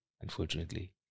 unfortunately